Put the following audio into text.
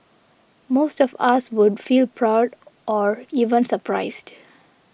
most of us would feel proud or even surprised